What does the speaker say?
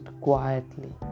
quietly